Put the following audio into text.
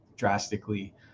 drastically